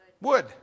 Wood